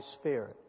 Spirit